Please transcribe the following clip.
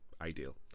ideal